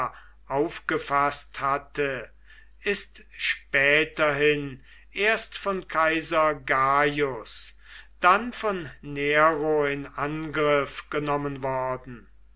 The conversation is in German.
aufgefaßt hatte ist späterhin erst von kaiser gaius dann von nero in angriff genommen worden